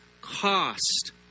cost